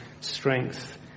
strength